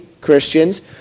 Christians